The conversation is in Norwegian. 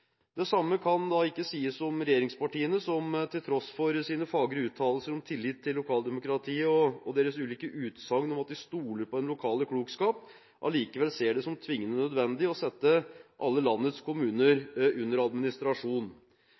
Det samme kan ikke sies om regjeringspartiene, som til tross for sine fagre uttalelser om tillit til lokaldemokratiet og deres ulike utsagn om at de stoler på den lokale klokskap, allikevel ser det som tvingende nødvendig å sette alle landets kommuner under administrasjon.